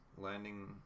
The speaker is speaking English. landing